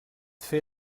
fer